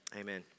amen